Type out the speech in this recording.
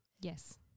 Yes